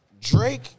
Drake